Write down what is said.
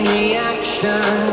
reaction